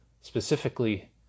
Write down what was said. Specifically